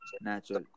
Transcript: Natural